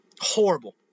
Horrible